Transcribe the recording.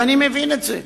ואני מבין את זה.